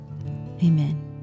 Amen